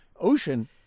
ocean